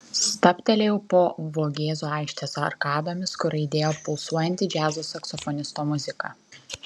stabtelėjau po vogėzų aikštės arkadomis kur aidėjo pulsuojanti džiazo saksofonisto muzika